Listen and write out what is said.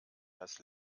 dass